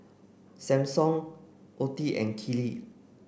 Sampson Ottie and Keely